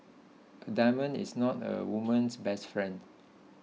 a diamond is not a woman's best friend